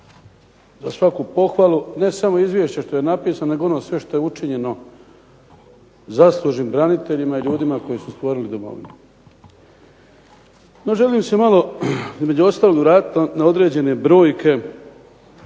za svaku pohvalu ne samo izvješće što je napisano nego ono sve što je učinjeno zaslužnim braniteljima i ljudima koji su stvorili domovinu. No želim se malo između ostalog vratit na određene brojke